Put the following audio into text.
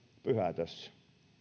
pyhätössä